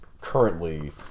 currently